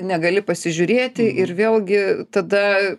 negali pasižiūrėti ir vėlgi tada